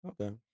Okay